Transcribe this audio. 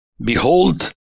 Behold